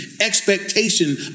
expectation